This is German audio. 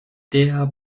der